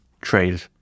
trade